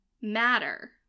matter